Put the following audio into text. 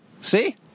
See